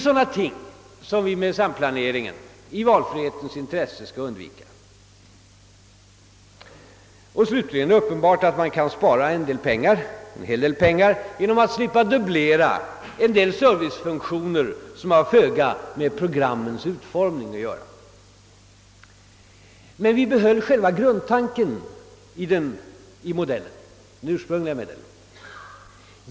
Sådana ting skulle vi i valfrihetens intresse kunna undvika med en samplanering. Dessutom är det uppenbart att man kan spara en hel del pengar genom att slippa dubblera en del servicefunktioner som har föga med programmens utformning att göra. Men vi behöll själva grundtanken i den ursprungliga modellen.